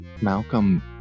Malcolm